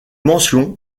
mention